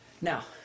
Now